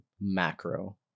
macro